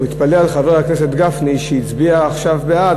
הוא מתפלא על חבר הכנסת גפני שהצביע בעד,